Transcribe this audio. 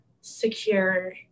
secure